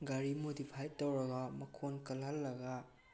ꯒꯥꯔꯤ ꯃꯣꯗꯤꯐꯥꯏ ꯇꯧꯔꯒ ꯃꯈꯣꯟ ꯈꯟꯍꯜꯂꯒ